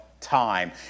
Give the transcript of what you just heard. time